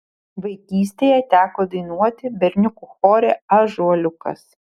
vaikystėje teko dainuoti berniukų chore ąžuoliukas